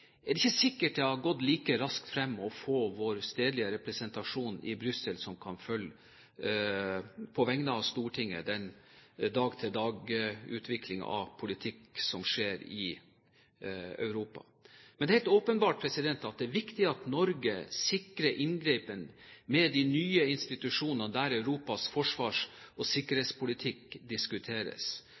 er det ikke sikkert det hadde gått like raskt frem å få vår stedlige representasjon i Brussel som på vegne av Stortinget kan følge dag-til-dag-utviklingen av politikk som skjer i Europa. Men det er helt åpenbart at det er viktig at Norge sikrer seg inngrep med de nye institusjonene der Europas forsvars- og sikkerhetspolitikk diskuteres.